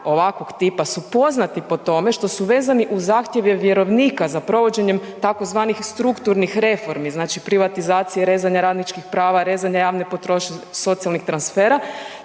ovakvog tipa su poznati po tome što su vezani uz zahtjeve vjerovnika za provođenjem tzv. strukturnih reformi znači privatizacije, rezanja radničkih prava, rezanja javne potrošnje, socijalnih transfera.